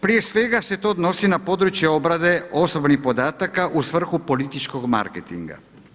Prije svega se to odnosi na područje obrade osobnih podataka u svrhu političkog marketinga.